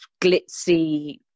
glitzy